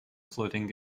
flooding